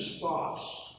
thoughts